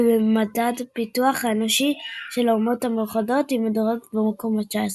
ובמדד הפיתוח האנושי של האומות המאוחדות היא מדורגת במקום ה-19.